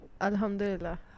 Alhamdulillah